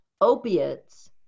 opiates